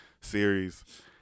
series